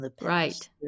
right